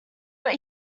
but